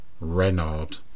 Renard